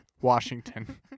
Washington